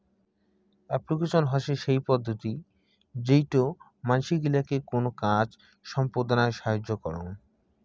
application হসে সেই পদ্ধতি যেইটো মানসি গিলাকে কোনো কাজ সম্পদনায় সাহায্য করং